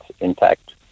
intact